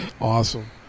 Awesome